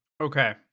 Okay